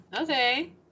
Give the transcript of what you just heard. Okay